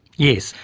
yes.